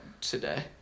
today